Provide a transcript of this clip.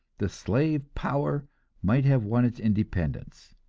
the slave power might have won its independence,